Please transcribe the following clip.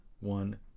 one